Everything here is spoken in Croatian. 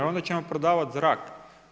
Onda ćemo prodavati zrak?